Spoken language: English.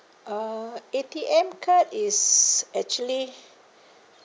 uh A_T_M card is actually